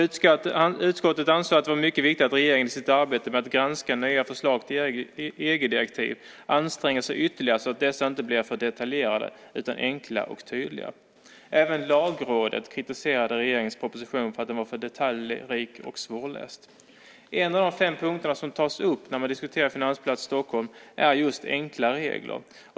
Utskottet ansåg att det var mycket viktigt att regeringen i sitt arbete med att granska nya förslag till EG-direktiv anstränger sig ytterligare så att dessa inte blir för detaljerade utan enkla och tydliga. Även Lagrådet kritiserade regeringens proposition för att den var för detaljrik och svårläst. En av de fem punkter som tas upp när man diskuterar Finansplats Stockholm är just enkla regler.